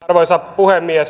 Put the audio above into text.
arvoisa puhemies